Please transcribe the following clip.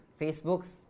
Facebook's